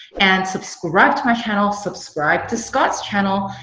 and subscribe to my channel. subscribe to scott's channel.